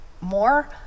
more